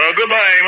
Goodbye